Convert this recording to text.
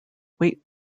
weight